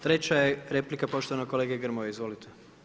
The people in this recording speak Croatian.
Treća je replika poštovanog kolege Grmoje, izvolite.